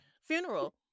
funeral